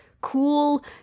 cool